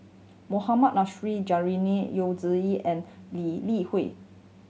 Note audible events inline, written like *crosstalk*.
Mohammad *unintelligible* Juraini Yu *unintelligible* and Lee Li Hui